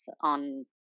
on